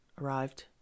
arrived